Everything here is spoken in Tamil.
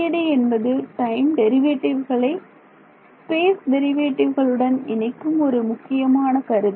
FDTD என்பது டைம் டெரிவேட்டிவ்களை ஸ்பேஸ் டெரிவேட்டிவ்களுடன் இணைக்கும் ஒரு முக்கியமான கருத்து